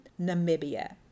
Namibia